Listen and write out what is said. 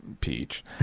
peach